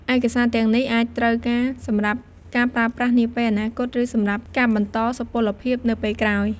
ឯកសារទាំងនេះអាចត្រូវការសម្រាប់ការប្រើប្រាស់នាពេលអនាគត ឬសម្រាប់ការបន្តសុពលភាពនៅពេលក្រោយ។